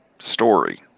story